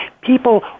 people